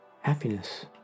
Happiness